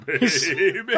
baby